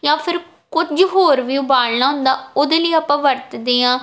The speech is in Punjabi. ਜਾਂ ਫਿਰ ਕੁਝ ਹੋਰ ਵੀ ਉਬਾਲਣਾ ਹੁੰਦਾ ਉਹਦੇ ਲਈ ਆਪਾਂ ਵਰਤਦੇ ਹਾਂ